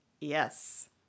Yes